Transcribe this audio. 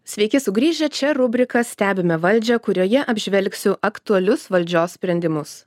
sveiki sugrįžę čia rubrika stebime valdžią kurioje apžvelgsiu aktualius valdžios sprendimus